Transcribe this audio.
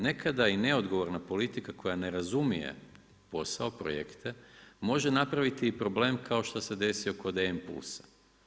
Nekada i neodgovorna politika koja ne razumije posao, projekte, može napraviti problem kao što se desilo kod e-impulsa.